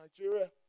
Nigeria